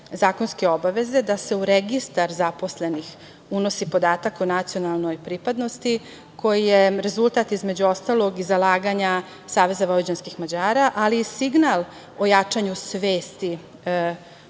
zakonske obaveze da se u registar zaposlenih unosi podatak o nacionalnoj pripadnosti koji je rezultat između ostalog i zalaganja Saveza vojvođanskih Mađara, ali i signal o jačanju svesti